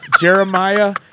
Jeremiah